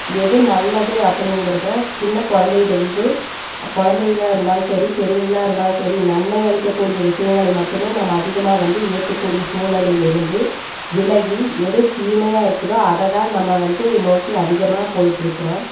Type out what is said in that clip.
எது நல்லது அப்படிங்கிறத சின்ன குழந்தையிலிருந்து குழந்தைங்களா இருந்தாலும் சரி பெரியவங்களாக இருந்தாலும் சரி நன்மை அளிக்கக்கூடிய விஷயங்களை மட்டுமே நம்ம அதிகமாக வந்து ஏற்றுக்கக்கூடிய சூழ்நிலையில் இருந்து விலகி எது தீமையாக இருக்குதோ அதைதான் நம்ம வந்து நோக்கி அதிகமாக போயிட்ருக்கிறோம்